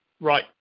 Right